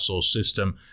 system